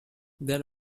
then